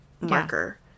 marker